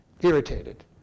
irritated